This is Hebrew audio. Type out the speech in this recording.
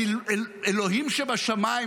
אלוהים שבשמיים,